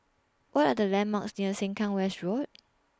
What Are The landmarks near Sengkang West Road